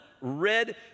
red